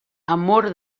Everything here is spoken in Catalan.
amor